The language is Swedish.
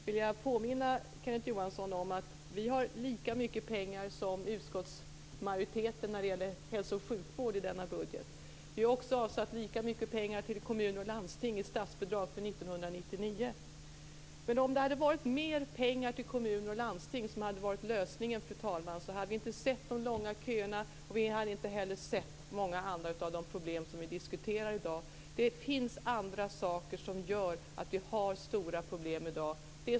Jag vill påminna Kenneth Johansson om att vi har avsatt lika mycket pengar i denna budget som utskottsmajoriteten när det gäller hälso och sjukvård. Vi har också avsatt lika mycket pengar till kommuner och landsting i statsbidrag för 1999. Men om mer pengar till kommuner och landsting hade varit lösningen, fru talman, hade vi inte sett de långa köerna och vi hade inte sett många andra av de problem vi diskuterar i dag. Det finns andra saker som gör att vi har stora problem i dag.